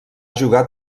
jugar